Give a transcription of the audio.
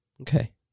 Okay